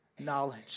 knowledge